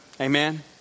Amen